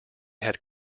had